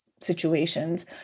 situations